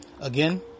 Again